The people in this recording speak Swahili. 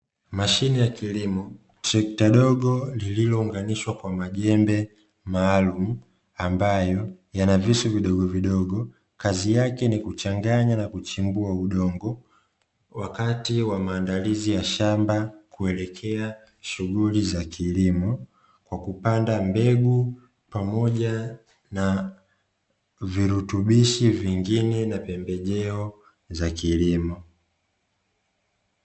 Mashine ya kilimo trecta dogo lililounganishwa kwa majembe maalumu, ambayo yana visu vidogovidogo kazi yake ni kuchanganya na kuchimbua udongo, wakati wa maandalizi ya shamba kuelekea shughuli za kilimo, kwa kupanda mbegu pamoja na virutubishi vingine na pembejeo za kilimo.